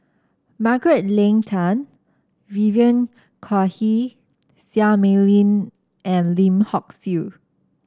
Margaret Leng Tan Vivien Quahe Seah Mei Lin and Lim Hock Siew